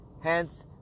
hence